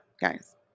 guys